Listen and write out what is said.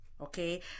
Okay